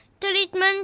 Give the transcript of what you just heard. Treatment